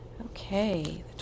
Okay